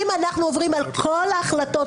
אם אנחנו עוברים על כל ההחלטות,